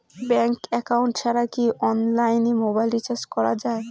Bank account ছাড়া কি অনলাইনে মোবাইল রিচার্জ করা যায়?